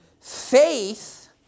Faith